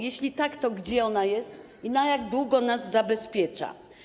Jeśli tak, to gdzie ona jest i na jak długo nas zabezpiecza?